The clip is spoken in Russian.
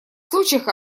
случаях